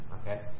okay